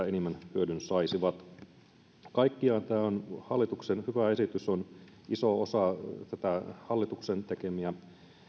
enimmän hyödyn saisivat kaikkiaan tämä hallituksen hyvä esitys on iso osa hallituksen tekemiä